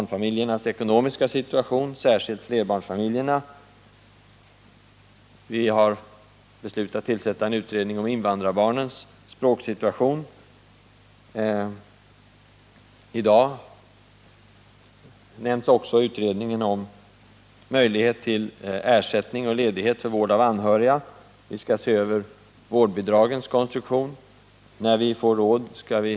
En utredning skall arbeta med barnfamiljernas, särskilt flerbarnsfamiljernas, ekonomi. Vi har vidare beslutat tillsätta en utredning om invandrarbarnens språksituation. En annan utredning är den som skall ta upp möjlighet till ersättning och ledighet för vård av anhöriga. Vårdnadsbidrag bör införas när vi får råd till det.